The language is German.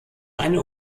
eine